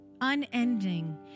Unending